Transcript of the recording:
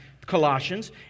Colossians